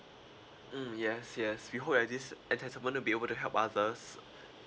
mm yes yes we hope that this entitlement'll be able to help others